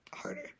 harder